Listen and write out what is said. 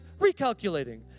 recalculating